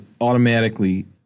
automatically